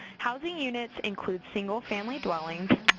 housing units include single-family dwellings,